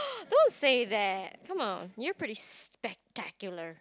don't say that come on you're pretty spectacular